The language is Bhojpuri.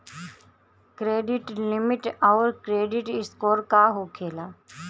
क्रेडिट लिमिट आउर क्रेडिट स्कोर का होखेला?